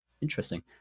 interesting